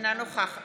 אינה נוכחת